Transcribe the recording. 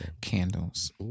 Candles